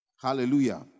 Hallelujah